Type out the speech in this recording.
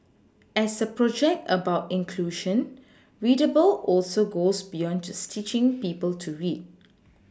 as a project about inclusion ReadAble also goes beyond just teaching people to read